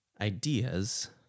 ideas